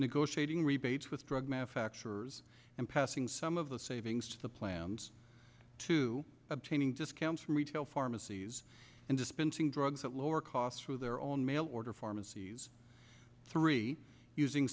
negotiating rebates with drug manufacturers and passing some of the savings to plans to obtaining discounts from retail pharmacies and dispensing drugs at lower costs through their own mail order pharmacy s three using